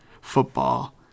football